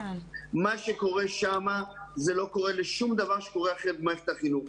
מה שקורה שם לא קורה בשום מקום אחר במערכת החינוך.